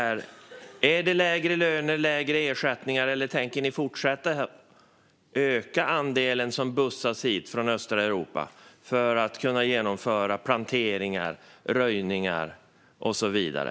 Är det lägre löner, lägre ersättningar, eller tänker ni fortsätta att öka andelen som bussas hit från östra Europa för att kunna genomföra planteringar, röjningar och så vidare?